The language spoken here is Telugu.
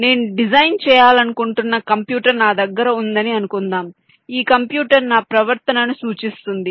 నేను డిజైన్ చేయాలనుకుంటున్న కంప్యూటర్ నా దగ్గర ఉందని అనుకుందాం ఈ కంప్యూటర్ నా ప్రవర్తనను సూచిస్తుంది